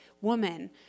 woman